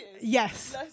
Yes